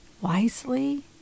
wisely